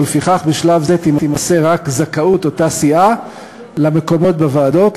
ולפיכך בשלב זה תימסר רק זכאות אותה סיעה למקומות בוועדות,